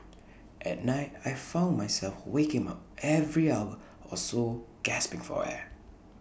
at night I found myself waking up every hour or so gasping for air